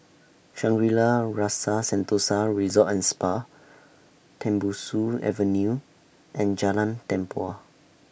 Shangri La's Rasa Sentosa Resort and Spa Tembusu Avenue and Jalan Tempua